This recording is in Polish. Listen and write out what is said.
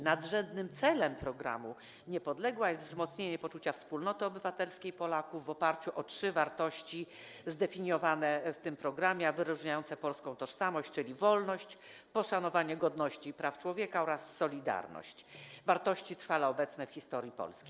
Nadrzędnym celem programu „Niepodległa” jest wzmocnienie poczucia wspólnoty obywatelskiej Polaków w oparciu o trzy wartości zdefiniowane w tym programie, a wyróżniające polską tożsamość, czyli wolność, poszanowanie godności i praw człowieka oraz solidarność, wartości trwale obecne w historii Polski.